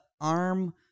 arm